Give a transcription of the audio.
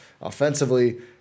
offensively